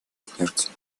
смерть